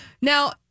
Now